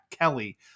Kelly